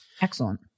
Excellent